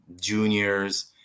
juniors